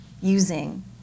using